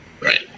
Right